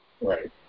Right